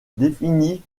définit